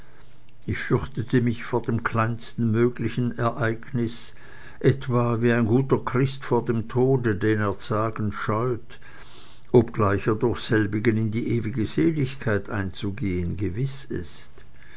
ich fürchtete mich vor dem kleinsten möglichen ereignis etwa wie ein guter christ vor dem tode den er zagend scheut obgleich er durch selbigen in die ewige seligkeit einzugehen gewiß ist